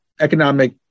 economic